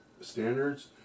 standards